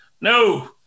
No